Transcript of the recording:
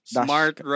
smart